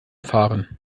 fahren